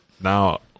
Now